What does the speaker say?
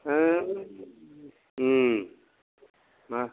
हो उम मा